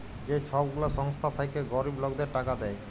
যে ছব গুলা সংস্থা থ্যাইকে গরিব লকদের টাকা দেয়